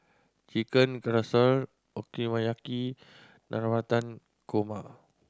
Chicken Casserole Okonomiyaki Navratan Korma